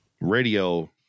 radio